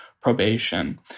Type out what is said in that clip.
probation